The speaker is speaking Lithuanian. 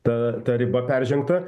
ta ta riba peržengta